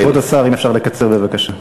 כבוד השר, אם אפשר לקצר בבקשה.